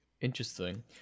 Interesting